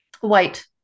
white